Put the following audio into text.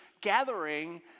gathering